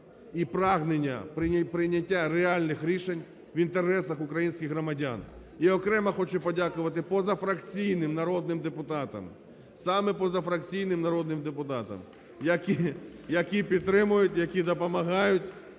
і прагнення прийняття реальних рішень в інтересах українських громадян. І окремо хочу подякувати позафракційним народним депутатам, саме позафракційним народним депутатам, які підтримують, які допомагають,